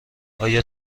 آیا